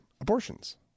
abortions